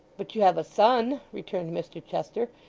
but you have a son returned mr chester,